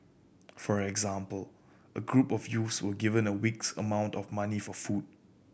for example a group of youths were given a week's amount of money for food